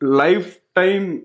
lifetime